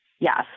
Yes